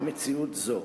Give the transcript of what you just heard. מציאות זו.